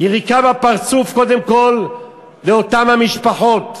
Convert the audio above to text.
יריקה בפרצוף, קודם כול לאותן המשפחות,